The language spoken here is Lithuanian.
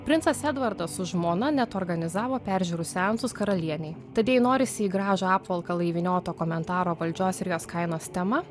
princas edvardas su žmona net organizavo peržiūrų seansus karalienei tad jei norisi į gražų apvalkalą įvynioto komentaro valdžios ir jos kainos tema